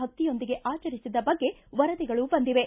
ಭಕ್ತಿಯೊಂದಿಗೆ ಆಚರಿಸಿದ ಬಗ್ಗೆ ವರದಿಗಳು ಬಂದಿವೆ